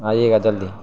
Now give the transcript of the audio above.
آئیے گا جلدی